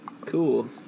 Cool